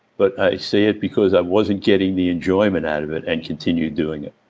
but, i say it because i wasn't getting the enjoyment out of it and continued doing it.